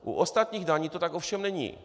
U ostatních daní to tak ovšem není.